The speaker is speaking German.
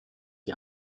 die